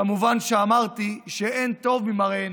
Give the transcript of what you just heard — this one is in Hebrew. כמובן שאמרתי שאין טוב ממראה עיניים.